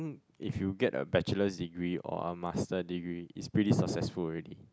if you get a Bachelor's degree or a Master degree it's pretty successful already